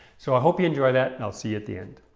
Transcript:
so i hope you enjoy that and i'll see you at the end!